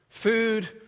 Food